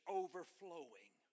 overflowing